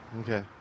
Okay